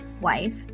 wife